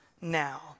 now